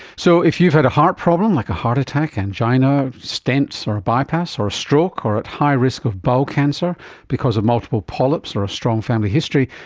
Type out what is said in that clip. so if you've had a heart problem like a heart attack, angina, stents or a bypass or a stroke or are at high risk of bowel cancer because of multiple polyps or a strong family history,